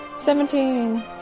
Seventeen